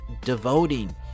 devoting